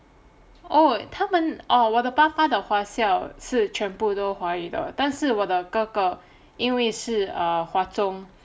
oh 他们哦我的爸爸的华校是全部都华语的但是我的哥哥因为是:ta men o wo de ba ba de hua xiao shi quan bu dou hua yu de dann shi wo di ge ge yin wei shi err 华中